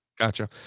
Gotcha